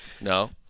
no